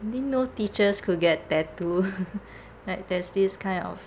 didn't know teachers could get tattoo like there's this kind of